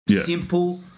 simple